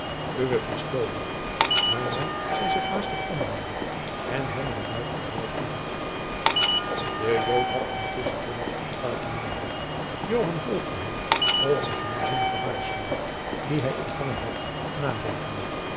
uwe pistoolen waarna zij zich haastig omwendde en hem een luid vaarwel toeriep de jood had intusschen plaats op de kar genomen joan volgde hem over de geheimzinnige waarschuwing die hij ontfangen had nadenkende